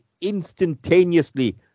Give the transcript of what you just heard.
instantaneously